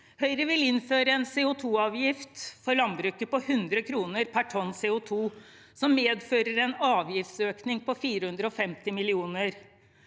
Høyre vil innføre en CO2-avgift for landbruket på 100 kr per tonn CO2, som medfører en avgiftsøkning på 450 mill. kr.